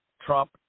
Trump